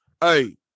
Hey